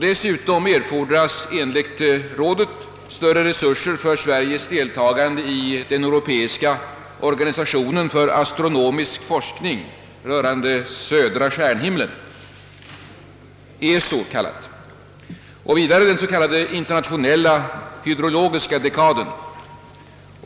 Dessutom erfordras enligt rådet större resurser för Sveriges deltagande i den europeiska organisationen för astronomisk forskning rörande södra stjärnhimlen , och den s.k. internationella hydrologiska dekaden.